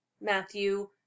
Matthew